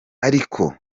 ariko